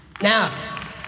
Now